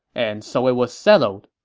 and so it was settled.